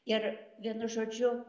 ir vienu žodžiu